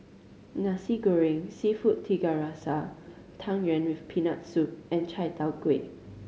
Nasi Goreng Seafood Tiga Rasa Tang Yuen with Peanut Soup and Chai Tow Kuay